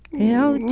you know?